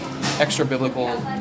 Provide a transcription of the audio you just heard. extra-biblical